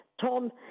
Tom